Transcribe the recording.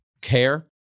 care